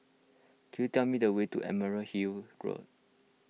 could you tell me the way to Emerald Hill Road